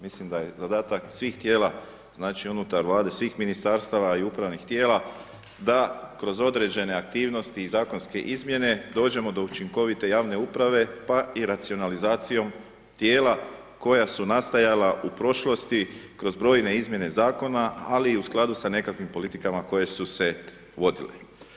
Mislim da je zadatak svih tijela, znači unutar Vlade svih ministarstava i upravnih tijela da kroz određene aktivnosti i zakonske izmjene dođemo do učinkovite javne uprave pa i racionalizacijom tijela koja su nastajala u prošlosti kroz brojne izmjene zakona, ali i u skladu sa nekakvim politikama koje su se vodile.